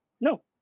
No